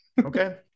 Okay